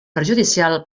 perjudicial